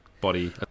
body